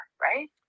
right